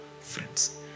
friends